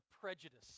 prejudice